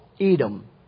Edom